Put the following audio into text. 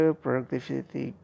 productivity